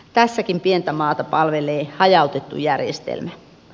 tässäkin pientä maata palvelee hajautettu järjestelmä